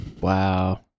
Wow